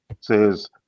says